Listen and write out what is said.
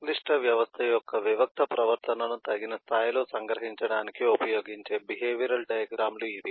సంక్లిష్ట వ్యవస్థ యొక్క వివిక్త ప్రవర్తనను తగిన స్థాయిలో సంగ్రహించడానికి ఉపయోగించే బిహేవియరల్ డయాగ్రమ్ లు ఇవి